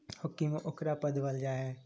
hockey मे ओकरा पदवल जा हय